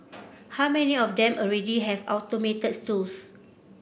how many of them already have automated tools